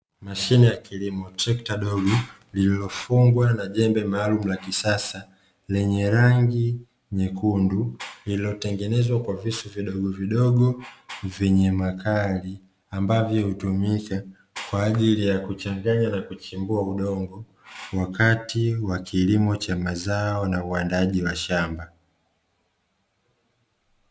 Mashine ya kilimo, trekta dogo lilofungwa na jembe maalumu la kisasa lenye rangi nyekundu, lilotengenezwa kwa visu vidogo vidogo vyenye makali ambavo hutumika kwa ajili ya kuchanganya na kuchimbua udongo wakati wa kilimo cha mazao na uandaaji wa shamba.